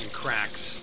cracks